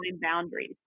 boundaries